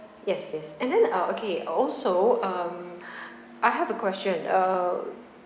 yes yes and then uh okay also um I have a question uh